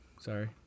Sorry